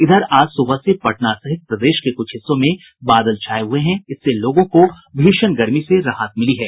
इधर आज सूबह से पटना सहित प्रदेश के कुछ हिस्सों में बादल छाये हुये हैं इससे लोगों को भीषण गर्मी से राहत मिली है